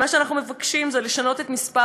ומה שאנחנו מבקשים זה לשנות את מספר